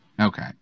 Okay